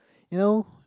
you know